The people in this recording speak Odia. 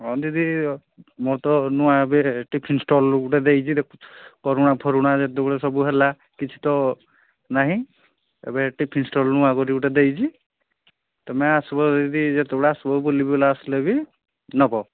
ହଁ ଦିଦି ମୋର ତ ନୂଆ ଏବେ ଟିଫିନ୍ ଷ୍ଟଲ୍ ଗୋଟେ ଦେଇଛି ଦେଖ କରୋନା ଫରୋନା ଯେତେବେଳେ ସବୁ ହେଲା କିଛି ତ ନାହିଁ ଏବେ ଟିଫନ୍ ଷ୍ଟଲ୍ ନୂଆ କରି ଗୋଟେ ଦେଇଛି ତୁମେ ଆସିବ ଦିଦି ଯେତେବେଳେ ଆସିବ ବୁଲିବୁଲା ଆସିଲେ ବି ନେବ